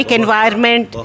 environment